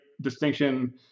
distinction